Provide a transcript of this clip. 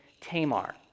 Tamar